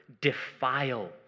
defile